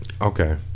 Okay